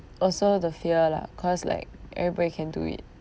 also the fear lah cause like everybody can do it